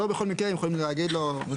לא בכל מקרה הם יכולים להגיד לו --- זאת אומרת,